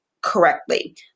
correctly